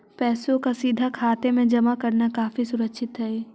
पैसों का सीधा खाते में जमा करना काफी सुरक्षित हई